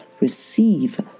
receive